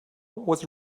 was